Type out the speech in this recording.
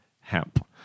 hemp